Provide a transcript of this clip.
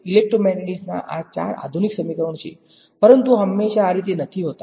ઇલેક્ટ્રોમેગ્નેટિક્સના આ ચાર આધુનિક સમીકરણો છે પરંતુ આ હંમેશા આ રીતે નથી હોતા